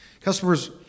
customers